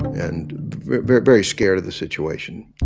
and very very scared of the situation,